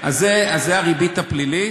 אז, זאת הריבית הפלילית.